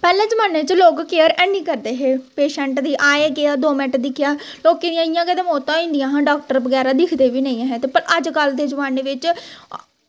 पैह्ले जमानै च लोग केयर हैनी करदे हे पेशेंट दी आया गेआ दौ मिंट दिक्खेआ केईं लोकें दियां मौतां बी होई जंदियां हियां डॉक्टर बगैरा दिक्खदे गै नेईं फर अज्जकल दे जमाने बिच